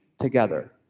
together